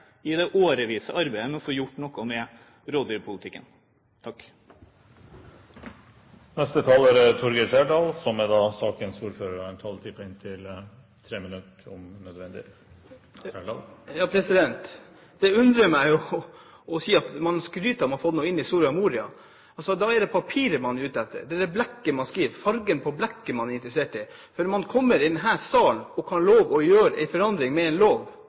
i det årvisse arbeidet med å få gjort noe med rovdyrpolitikken. Det undrer meg når man skryter av at man har fått noe inn i Soria Moria. Da er det papiret man er ute etter. Det er det blekket man skriver med, fargen på blekket, man er interessert i. For når man kommer i denne salen og kan gjøre en forandring med en lov,